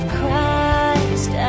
Christ